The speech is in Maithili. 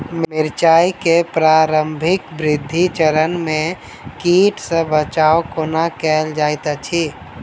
मिर्चाय केँ प्रारंभिक वृद्धि चरण मे कीट सँ बचाब कोना कैल जाइत अछि?